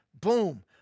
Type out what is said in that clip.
Boom